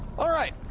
alright.